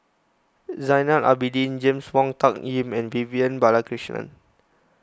Zainal Abidin James Wong Tuck Yim and Vivian Balakrishnan